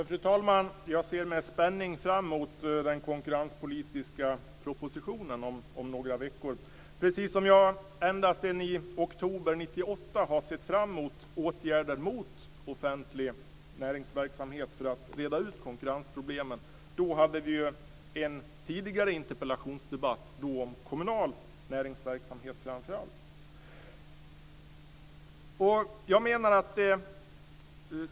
Fru talman! Jag ser med spänning fram mot den konkurrenspolitiska propositionen om några veckor, precis som jag ända sedan oktober 1998 har sett fram mot åtgärder för att reda ut konkurrensproblemen när det gäller offentlig näringsverksamhet. Då hade vi ju en interpellationsdebatt om framför allt kommunal näringsverksamhet.